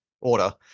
order